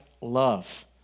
love